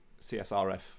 csrf